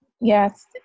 yes